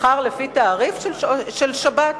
האם הם רוצים שהעובדים לא יקבלו שכר לפי תעריף של שבת,